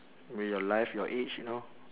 maybe your life your age you know